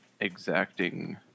exacting